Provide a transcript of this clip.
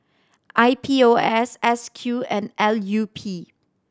I P O S S Q and L U P